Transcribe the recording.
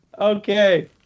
Okay